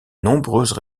nombreuses